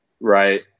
Right